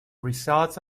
results